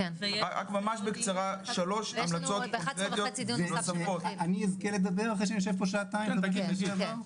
לדבר אחרי שאני יושב פה שעתיים?